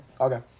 Okay